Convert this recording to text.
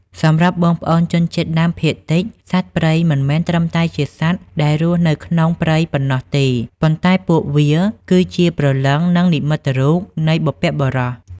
សម្រាប់បងប្អូនជនជាតិដើមភាគតិច សត្វព្រៃមិនមែនត្រឹមតែជាសត្វដែលរស់នៅក្នុងព្រៃប៉ុណ្ណោះទេ ប៉ុន្តែពួកវាគឺជា "ព្រលឹង" និង "និមិត្តរូប" នៃបុព្វបុរស។